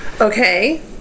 Okay